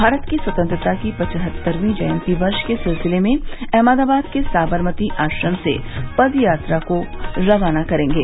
भारत की स्वतंत्रता की पचहत्तरवीं जयंती वर्ष के सिलसिले मे अहमदाबाद के साबरमती आश्रम से पदयात्रा को रवाना करेंगे